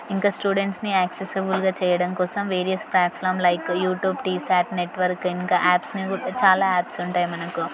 ఇంకా స్టూడెంట్స్ని యాక్సిసిబుల్గా చేయడం కోసం various platform like YouTube T SAT network ఇంకా యాప్స్ని కూడా చాలా యాప్స్ ఉంటాయి మనకు